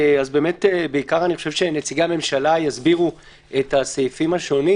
אז באמת בעיקר אני חושב שנציגי הממשלה יסבירו את הסעיפים השונים,